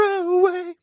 away